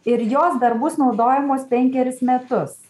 ir jos dar bus naudojamos penkerius metus